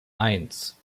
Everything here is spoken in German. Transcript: eins